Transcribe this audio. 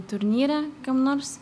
turnyre kiam nors